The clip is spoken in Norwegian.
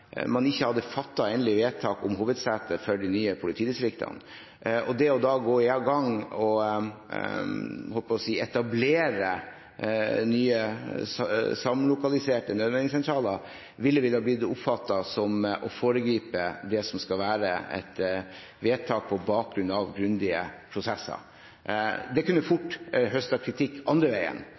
man ikke hadde fattet endelig vedtak om hovedsete for de nye politidistriktene. Da å gå i gang med å etablere nye samlokaliserte nødmeldingssentraler ville blitt oppfattet som å foregripe det som skulle være et vedtak på bakgrunn av grundige prosesser. Det kunne fort høstet kritikk andre veien,